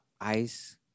Ice